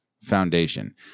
Foundation